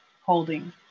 holding